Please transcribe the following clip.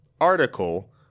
article